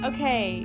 Okay